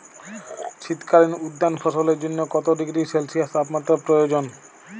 শীত কালীন উদ্যান ফসলের জন্য কত ডিগ্রী সেলসিয়াস তাপমাত্রা প্রয়োজন?